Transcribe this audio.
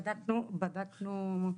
בדקנו,